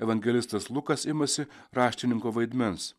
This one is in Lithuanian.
evangelistas lukas imasi raštininko vaidmens